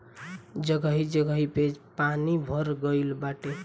जगही जगही पे पानी भर गइल बाटे